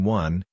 one